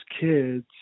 kids